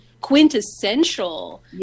quintessential